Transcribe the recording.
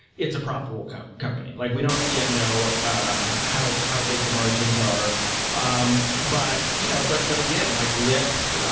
it's a profitable kind of company. like we don't yet know ah how how big the margins are um but you know but but again, like lyft,